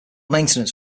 maintenance